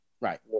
Right